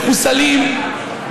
מחוסלים,